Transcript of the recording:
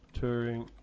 Turing